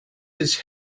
his